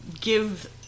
give